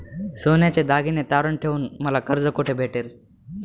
सोन्याचे दागिने तारण ठेवून मला कर्ज कुठे भेटेल?